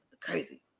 Crazy